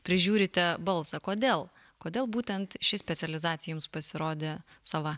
prižiūrite balsą kodėl kodėl būtent ši specializacija jums pasirodė sava